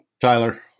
Tyler